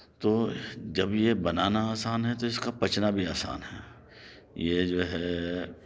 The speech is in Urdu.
تو جب یہ بنانا آسان ہے تو اس کا پچنا بھی آسان ہے یہ جو ہے